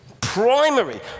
primary